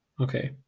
okay